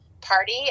party